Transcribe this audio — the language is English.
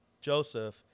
Joseph